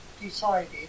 decided